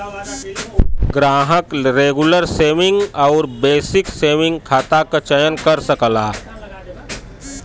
ग्राहक regular saving आउर basic saving खाता क चयन कर सकला